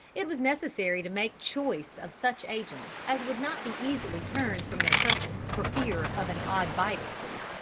it was necessary to make choice of such agents as would not be easily turned from their purpose for fear of an odd bite or two.